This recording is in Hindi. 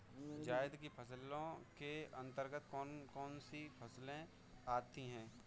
जायद की फसलों के अंतर्गत कौन कौन सी फसलें आती हैं?